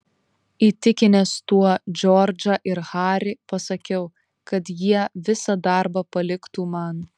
įtikinęs tuo džordžą ir harį pasakiau kad jie visą darbą paliktų man